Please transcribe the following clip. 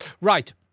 Right